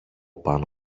πάνω